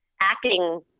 acting